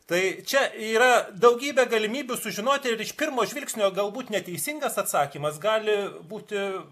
tai čia yra daugybė galimybių sužinoti ir iš pirmo žvilgsnio galbūt neteisingas atsakymas gali būti